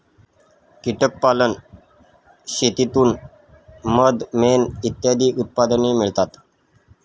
कीटक पालन शेतीतून मध, मेण इत्यादी उत्पादने मिळतात